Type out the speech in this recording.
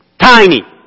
Tiny